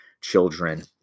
children